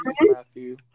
Matthew